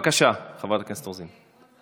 בבקשה, חברת הכנסת רוזין.